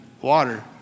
water